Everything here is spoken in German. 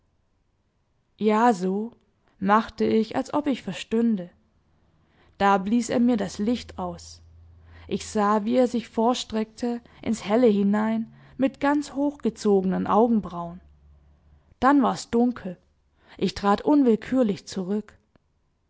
ja so machte ich als ob ich verstünde da blies er mir das licht aus ich sah wie er sich vorstreckte ins helle hinein mit ganz hochgezogenen augenbrauen dann wars dunkel ich trat unwillkürlich zurück